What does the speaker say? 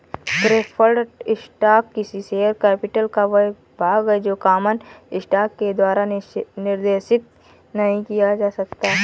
preferred stock किसी share capital का वह भाग है जो कॉमन स्टॉक के द्वारा निर्देशित नहीं किया जाता है